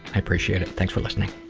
i appreciate it. thanks for listening